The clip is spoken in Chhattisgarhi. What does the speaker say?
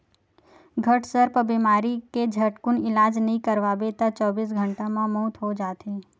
घटसर्प बेमारी के झटकुन इलाज नइ करवाबे त चौबीस घंटा म मउत हो जाथे